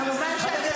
--- חבר הכנסת שקלים,